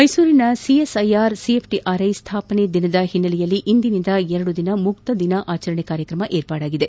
ಮ್ಸೆಸೂರಿನಲ್ಲಿ CSIR CFTRI ಸ್ಥಾಪನೆ ದಿನದ ಹಿನ್ನೆಲೆಯಲ್ಲಿ ಇಂದಿನಿಂದ ಎರಡು ದಿನಗಳ ಮುಕ್ತದಿನ ಆಚರಣೆ ಕಾರ್ಯಕ್ರಮ ಏರ್ಪಾಡಾಗಿದೆ